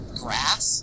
grass